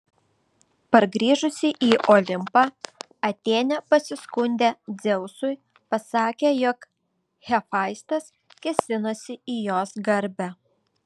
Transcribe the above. pargrįžusi į olimpą atėnė pasiskundė dzeusui pasakė jog hefaistas kėsinosi į jos garbę